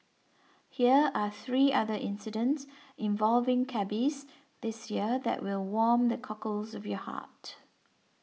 hear are three other incidents involving cabbies this year that will warm the cockles of your heart